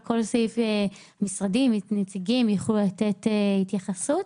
על כל סעיף המשרדים והנציגים יוכלו לתת התייחסות.